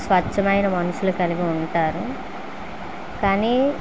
స్వచ్ఛమైన మనసులు కలిగి ఉంటారు కానీ